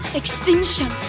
extinction